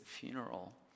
funeral